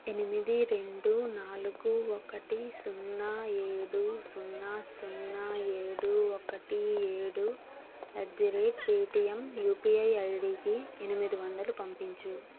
ఎనిమిది రెండు నాలుగు ఒకటి సున్నా ఏడు సున్నా సున్నా ఏడు ఒకటి ఏడు at the rate Paytm UPI ID కి ఎనిమిది వందలు పంపించు